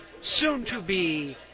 soon-to-be